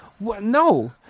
No